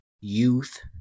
youth